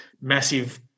massive